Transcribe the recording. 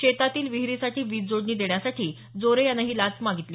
शेतातील विहिरीसाठी वीज जोडणी देण्यासाठी जोरे यानं ही लाच घेतली